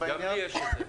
גם לי יש את זה.